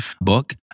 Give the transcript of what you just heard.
book